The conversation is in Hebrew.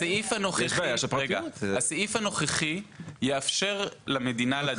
הסעיף הנוכחי יאפשר למדינה לדעת,